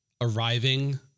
arriving